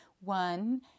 one